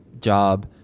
job